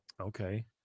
Okay